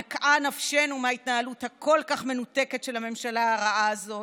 נקעה נפשנו מההתנהלות הכל-כך מנותקת של הממשלה הרעה הזאת,